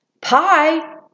Pie